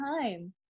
time